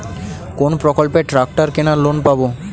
কোন প্রকল্পে ট্রাকটার কেনার লোন পাব?